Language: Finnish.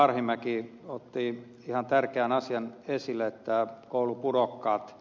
arhinmäki otti ihan tärkeän asian esille koulupudokkaat